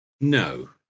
No